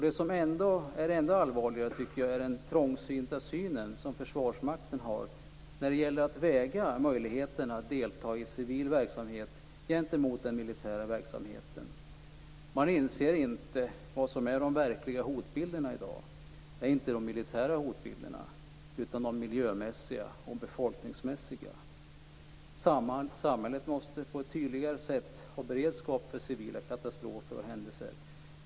Det som är ändå allvarligare är den trångsynthet som finns hos Försvarsmakten när det gäller att väga möjligheterna att delta i civil verksamhet mot den militära verksamheten. Man inser inte vad som är de verkliga hotbilderna i dag. Det är inte de militära hotbilderna, utan de miljö och befolkningsmässiga. Samhället måste på ett tydligare sätt ha beredskap för civila katastrofer och händelser.